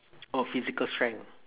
oh physical strength ah